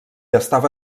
estava